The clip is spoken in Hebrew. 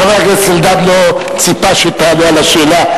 חבר הכנסת אלדד לא ציפה שתענה על השאלה.